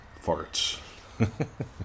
farts